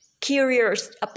curious